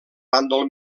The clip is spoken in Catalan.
bàndol